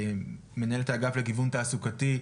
מנהלת האגף לגיוון תעסוקתי,